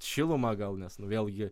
šilumą gal nes nu vėlgi